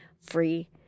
free